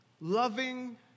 loving